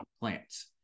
Plants